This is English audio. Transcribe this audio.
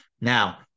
Now